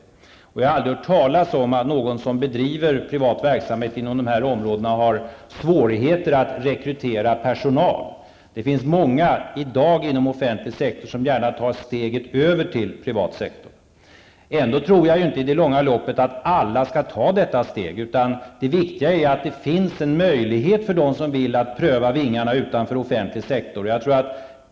Jag har heller aldrig hört talas om att någon som bedriver privat verksamhet inom dessa områden har svårigheter att rekrytera personal. Det finns i dag många inom offentlig sektor som gärna tar steget över till privat sektor. Men jag tror ändå inte att alla i det långa loppet skall ta detta steg, utan det viktiga är att det finns en möjlighet för dem som vill pröva vingarna utanför offentlig sektor.